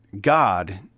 God